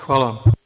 Hvala.